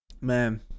Man